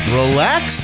relax